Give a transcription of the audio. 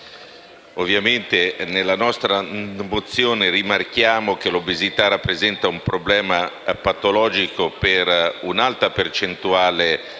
ovviamente nella mozione n. 642 rimarchiamo che l'obesità rappresenta un problema patologico per un'alta percentuale